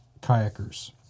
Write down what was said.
kayakers